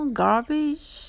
garbage